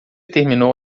terminou